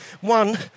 One